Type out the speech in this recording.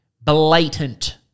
blatant